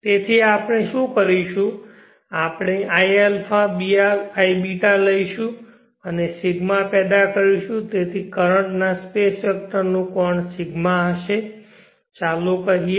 તેથી આપણે શું કરીશું આપણે iα iβ લઈશું અને ρ પેદા કરીશું તેથી કરંટ ના સ્પેસ વેક્ટરનું કોણ ρ હશે ચાલો કહીએ